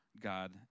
God